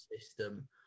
system